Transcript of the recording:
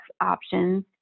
options